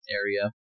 area